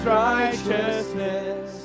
righteousness